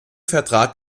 vertrag